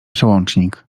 przełącznik